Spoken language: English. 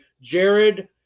Jared